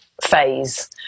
phase